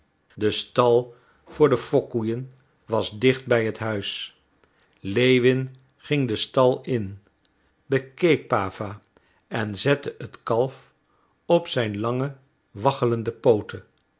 de stal voor de fokkoeien was dicht bij het huis lewin ging den stal in bekeek pawa en zette het kalf op zijn lange waggelende pooten